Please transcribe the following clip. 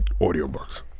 Audiobooks